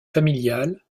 familial